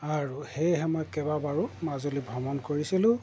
আৰু সেয়েহে মই কেইবাবাৰো মাজুলী ভ্ৰমণ কৰিছিলোঁ